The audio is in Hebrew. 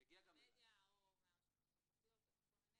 מהמדיה או מהרשתות החברתיות או מכל מיני